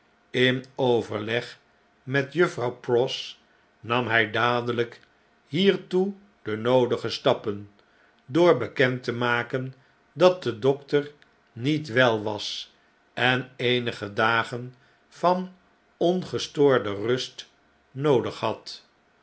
in overleg met juffrouw pross nam hij dadelijk hiertoe de noodige stappen door bekend te maken dat de dokter niet wel was en eenige dagen van ongestoorde rust noodig had